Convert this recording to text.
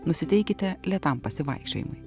nusiteikite lėtam pasivaikščiojimui